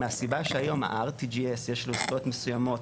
מהסיבה שהיום ה- RTGS יש לו זכויות מסוימות,